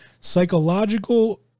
Psychological